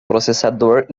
processador